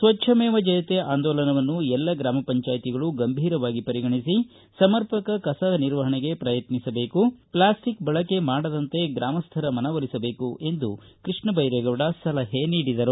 ಸ್ವಚ್ಛಮೇವ ಜಯತೆ ಆಂದೋಲನವನ್ನು ಎಲ್ಲ ಗ್ರಾಮ ಪಂಚಾಯ್ತಿಗಳು ಗಂಭೀರವಾಗಿ ಪರಿಗಣಿಸಿ ಸಮರ್ಪಕ ಕಸ ನಿರ್ವಹಣೆಗೆ ಪ್ರಯತ್ನಿಸಬೇಕು ಪ್ಲಾಸ್ಟಿಕ್ ಬಳಕೆ ಮಾಡದಂತೆ ಗ್ರಾಮಸ್ಟರ ಮನವೊಲಿಸಬೇಕು ಎಂದು ಕೃಷ್ಣಬೈರೇಗೌಡ ಸಲಹೆ ನೀಡಿದರು